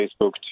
Facebook